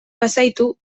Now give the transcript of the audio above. bazaitu